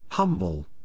humble